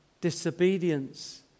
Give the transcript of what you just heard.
disobedience